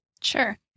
Sure